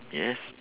yes